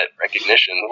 recognition